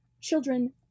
children